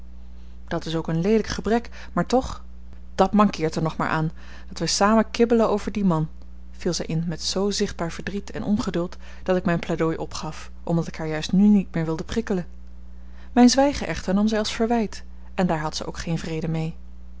dat is ook een leelijk gebrek maar toch dat mankeert er nog maar aan dat wij samen kibbelen over dien man viel zij in met zoo zichtbaar verdriet en ongeduld dat ik mijn pleidooi opgaf omdat ik haar juist nu niet meer wilde prikkelen mijn zwijgen echter nam zij als verwijt en daar had zij ook geen vrede mee